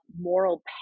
moral